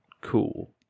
cool